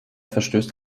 verstößt